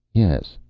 yes.